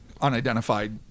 unidentified